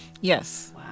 Yes